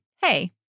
hey